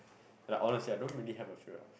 like honestly I don't really have a favourite